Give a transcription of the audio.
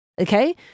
Okay